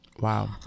Wow